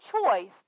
choice